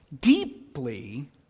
deeply